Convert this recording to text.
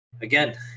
Again